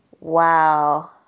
Wow